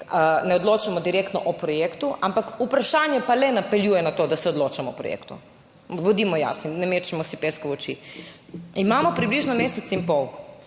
ne odločamo direktno o projektu, ampak vprašanje pa le napeljuje na to, da se odločamo o projektu. Bodimo jasni, ne mečemo si peska v oči. Imamo približno mesec in pol,